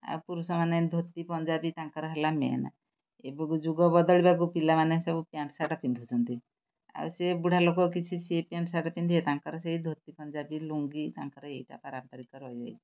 ଆଉ ପୁରୁଷମାନେ ଧୋତି ପଞ୍ଜାବୀ ତାଙ୍କର ହେଲା ମେନ୍ ଏବେକୁ ଯୁଗ ବଦଳିବାକୁ ପିଲାମାନେ ସବୁ ପ୍ୟାଣ୍ଟ୍ ସାର୍ଟ ପିନ୍ଧୁଛନ୍ତି ଆଉ ସେ ବୁଢ଼ା ଲୋକ କିଛି ସିଏ ପ୍ୟାଣ୍ଟ୍ ସାର୍ଟ ପିନ୍ଧିବେ ତାଙ୍କର ସେଇ ଧୋତି ପଞ୍ଜାବୀ ଲୁଙ୍ଗି ତାଙ୍କର ଏଇଟା ପାରମ୍ପାରିକ ରହିଯାଇଛି